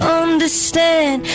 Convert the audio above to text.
understand